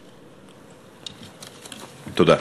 תודה.